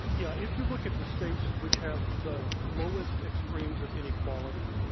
yeah, if you look at the states which have the lowest extremes of inequality,